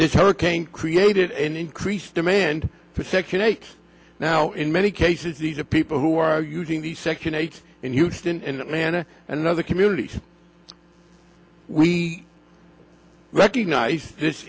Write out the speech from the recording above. this hurricane created an increased demand for section eight now in many cases these are people who are using the second eight in houston and atlanta and other communities we recognize this